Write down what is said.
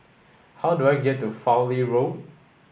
how do I get to Fowlie Road